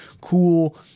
cool